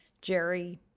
jerry